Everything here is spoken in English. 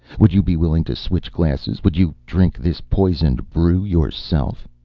would you be willing to switch glasses? would you drink this poisoned brew yourself?